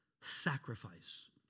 sacrifice